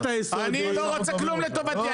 אני לא רוצה כלום לטובתי,